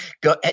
go